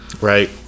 right